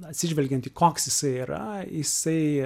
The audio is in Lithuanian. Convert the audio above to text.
atsižvelgiant į koks jisai yra jisai